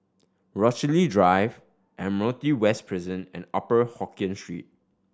Rochalie Drive Admiralty West Prison and Upper Hokkien Street